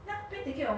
ya I think